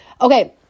Okay